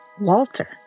Walter